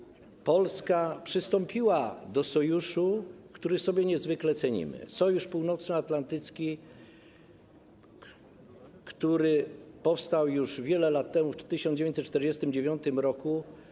I Polska przystąpiła do Sojuszu, który sobie niezwykle cenimy - Sojuszu Północnoatlantyckiego, który powstał już wiele lat temu, w 1949 r.